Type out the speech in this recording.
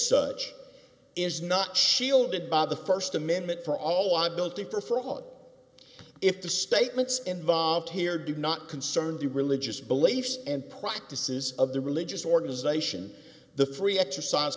this is not shielded by the st amendment for all i built it for fraud if the statements involved here do not concern the religious beliefs and practices of the religious organization the free exercise